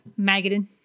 Magadan